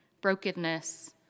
brokenness